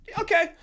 okay